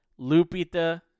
Lupita